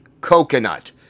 coconut